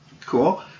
Cool